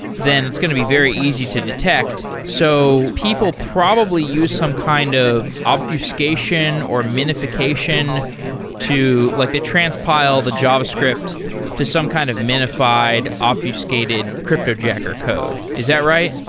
then it's going to be very easy to detect. so people probably use some kind of obfuscation or minification to like they transpile the javascript to some kind of minified obfuscated cryptojacker code. is that right?